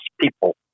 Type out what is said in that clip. people